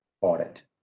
audit